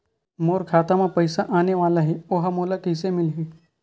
मोर खाता म पईसा आने वाला हे ओहा मोला कइसे मिलही?